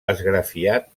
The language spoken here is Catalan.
esgrafiat